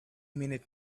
minute